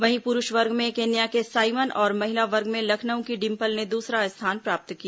वहीं पुरूष वर्ग में केन्या के साइमन और महिला वर्ग में लखनऊ की डिंपल ने दूसरा स्थान प्राप्त किया